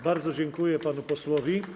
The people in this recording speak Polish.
Bardzo dziękuję panu posłowi.